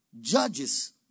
judges